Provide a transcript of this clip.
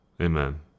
amen